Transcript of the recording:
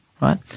right